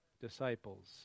disciples